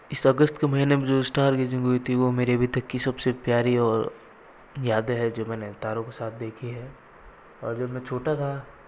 इस अगस्त के महीने में जो स्टार हुई थी वो मेरी अभी तक की सबसे प्यारी और यादें है जो मैंने तारों के साथ देखी है और जब मैं छोटा था